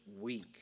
week